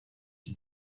iki